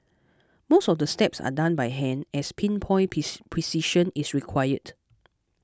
most of the steps are done by hand as pin point piece precision is required